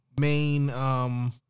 main